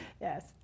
Yes